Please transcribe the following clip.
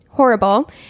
Horrible